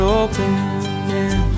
open